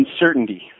uncertainty